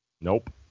Nope